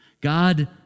God